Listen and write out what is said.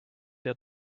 der